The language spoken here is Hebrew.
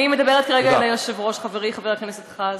אני מדברת כרגע אל היושב-ראש, חברי חבר הכנסת חזן.